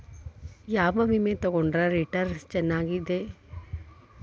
ಯಾವ ವಿಮೆ ತೊಗೊಂಡ್ರ ರಿಟರ್ನ್ ಚೆನ್ನಾಗಿದೆರಿ?